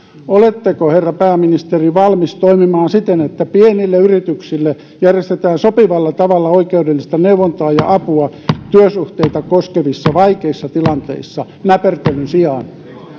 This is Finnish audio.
oletteko herra pääministeri valmis toimimaan siten että pienille yrityksille järjestetään sopivalla tavalla oikeudellista neuvontaa ja apua työsuhteita koskevissa vaikeissa tilanteissa näpertelyn sijaan